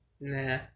Nah